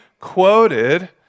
quoted